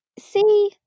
See